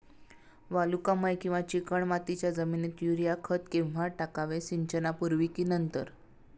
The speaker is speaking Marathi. वालुकामय किंवा चिकणमातीच्या जमिनीत युरिया खत केव्हा टाकावे, सिंचनापूर्वी की नंतर?